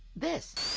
this.